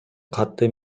катты